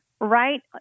right